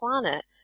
planet